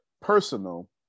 personal